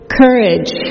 courage